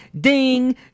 ding